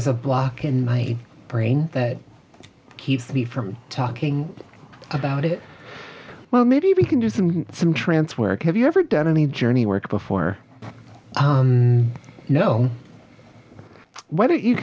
is a block in my brain that keeps me from talking about it well maybe we can do some trance work have you ever done any journey work before you know why don't you